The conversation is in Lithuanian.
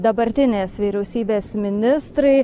dabartinės vyriausybės ministrai